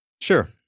Sure